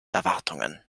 erwartungen